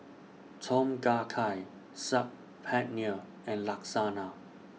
Tom Kha Gai Saag Paneer and Lasagna